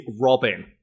Robin